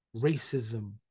racism